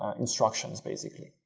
instructions, basically,